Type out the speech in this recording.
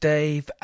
Dave